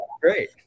Great